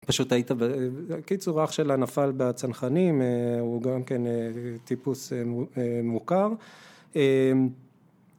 פשוט היית ב..., קיצור אח שלה נפל בצנחנים הוא גם כן טיפוס מוכר